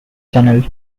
channel